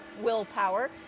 willpower